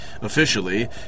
Officially